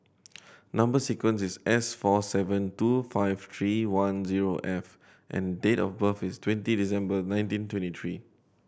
number sequence is S four seven two five tree one zero F and date of birth is twenty December nineteen twenty tree